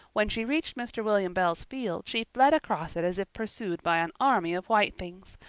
when she reached mr. william bell's field she fled across it as if pursued by an army of white things,